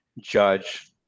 judge